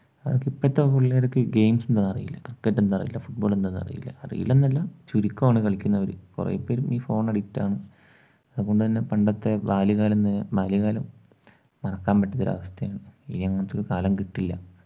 അതൊക്കെ ഇപ്പോഴത്തെ പിള്ളേർക്ക് ഗെയിംസ് എന്താണെന്നറിയില്ല ക്രിക്കറ്റെന്താണെന്നറില്ല ഫുട്ബോൾ എന്താണെന്നറില്ല അറിയില്ലെന്നല്ല ചുരുക്കമാണ് കളിക്കുന്നവർ കുറേപേരും ഈ ഫോൺ അഡിക്ടാണ് അതുകൊണ്ടുതന്നെ പണ്ടത്തെ ബാല്യകാലം എന്ന് ബാല്യകാലം മറക്കാൻ പറ്റാത്ത അവസ്ഥയാണ് ഇനി അങ്ങനത്തെയൊരു ഒരു കാലം കിട്ടില്ല